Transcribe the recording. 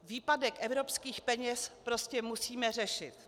Výpadek evropských peněz prostě musíme řešit.